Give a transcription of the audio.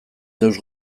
deus